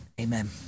amen